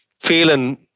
feeling